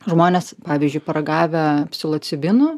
žmonės pavyzdžiui paragavę psilocibinų